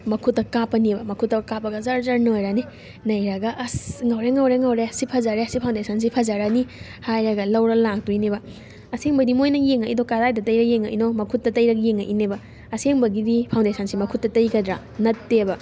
ꯃꯈꯨꯠꯇ ꯀꯥꯞꯄꯅꯦꯕ ꯃꯈꯨꯠꯇ ꯀꯥꯞꯄꯒ ꯖꯔ ꯖꯔ ꯅꯣꯏꯔꯅꯤ ꯅꯩꯔꯒ ꯑꯁ ꯉꯧꯔꯦ ꯉꯧꯔꯦ ꯉꯧꯔꯦ ꯁꯤ ꯐꯖꯔꯦ ꯁꯤ ꯐꯥꯎꯟꯗꯦꯁꯟꯁꯤ ꯐꯖꯔꯅꯤ ꯍꯥꯏꯔꯒ ꯂꯧꯔꯒ ꯂꯥꯛꯇꯣꯏꯅꯦꯕ ꯑꯁꯦꯡꯕꯩꯗꯤ ꯃꯣꯏꯅ ꯌꯦꯡꯉꯛꯏꯗꯣ ꯀꯔꯥꯏꯗ ꯇꯩꯔꯒ ꯌꯦꯡꯉꯛꯏꯅꯣ ꯃꯈꯨꯠꯇ ꯇꯩꯔꯒ ꯌꯦꯡꯉꯛꯏꯅꯦꯕ ꯑꯁꯦꯡꯕꯒꯤꯗꯤ ꯐꯥꯎꯟꯗꯦꯁꯟꯁꯦ ꯃꯈꯨꯠꯇ ꯇꯩꯒꯗ꯭ꯔꯥ ꯅꯠꯇꯦꯕ